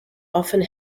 often